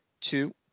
two